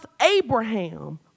Abraham